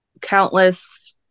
countless